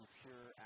pure